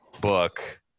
book